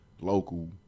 local